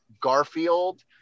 Garfield